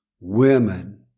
Women